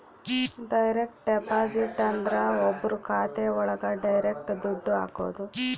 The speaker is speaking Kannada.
ಡೈರೆಕ್ಟ್ ಡೆಪಾಸಿಟ್ ಅಂದ್ರ ಒಬ್ರು ಖಾತೆ ಒಳಗ ಡೈರೆಕ್ಟ್ ದುಡ್ಡು ಹಾಕೋದು